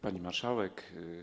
Pani Marszałek!